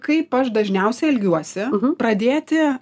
kaip aš dažniausiai elgiuosi pradėti